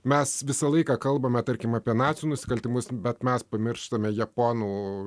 mes visą laiką kalbame tarkim apie nacių nusikaltimus bet mes pamirštame japonų